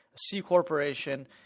C-corporation